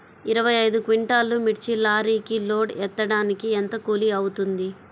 ఇరవై ఐదు క్వింటాల్లు మిర్చి లారీకి లోడ్ ఎత్తడానికి ఎంత కూలి అవుతుంది?